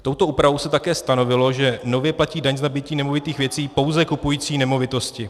Touto úpravou se také stanovilo, že nově platí daň z nabytí nemovitých věcí pouze kupující nemovitosti.